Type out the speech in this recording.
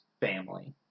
family